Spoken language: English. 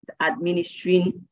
administering